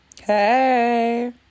hey